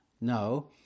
No